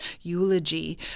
eulogy